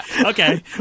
Okay